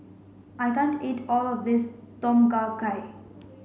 I can't eat all of this Tom Kha Gai